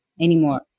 anymore